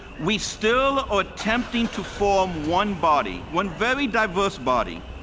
we still are attempting to form one body, one very diverse body.